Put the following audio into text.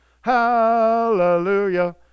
hallelujah